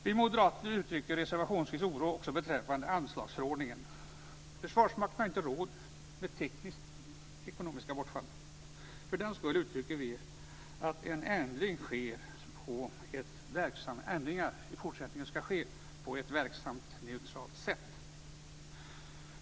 Vi moderater uttrycker reservationsvis oro också beträffande anslagsförordningen. Försvarsmakten har inte råd med tekniska och ekonomiska bortfall. För den skull uttrycker vi att förändringar i fortsättningen skall ske på ett verksamhetsneutralt sätt.